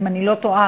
אם אני לא טועה,